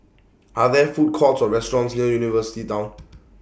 Are There Food Courts Or restaurants near University Town